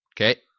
Okay